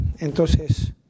entonces